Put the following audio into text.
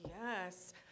Yes